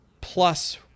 plus